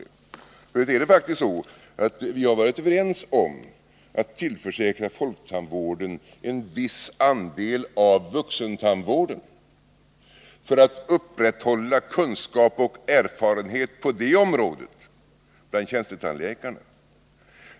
F. ö. har vi faktiskt varit överens om att tillförsäkra folktandvården en viss andel av vuxentandvården för att kunskap och erfarenhet på det området skall kunna upprätthållas bland tjänstetandläkarna.